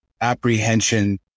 apprehension